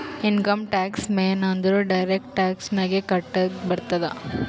income tax ಮೇನ್ ಅಂದುರ್ direct tax ನಾಗೆ ಕಟ್ಟದ್ ಬರ್ತುದ್